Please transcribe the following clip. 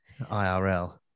IRL